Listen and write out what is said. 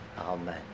Amen